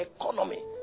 economy